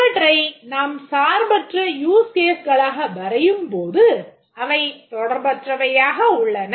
இவற்றை நாம் சார்பற்ற யூஸ் கேஸ்களாக வரையும் போது அவைத் தொடர்பற்றவையாக உள்ளன